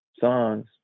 songs